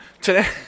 today